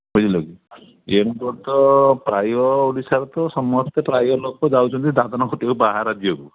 ବୁଝିଲେ କିି ତ ପ୍ରାୟ ଓଡ଼ିଶାରେ ତ ସମସ୍ତେ ପ୍ରାୟ ଲୋକ ଯାଉଛନ୍ତି ଦାଦନ ଖଟିବାକୁ ବାହାର ରାଜ୍ୟକୁ